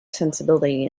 sensibility